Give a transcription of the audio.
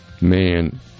man